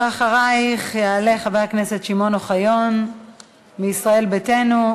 אחרייך יעלה חבר הכנסת שמעון אוחיון מישראל ביתנו,